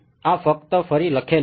આ ફક્ત ફરી લખેલ છે